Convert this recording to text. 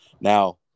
Now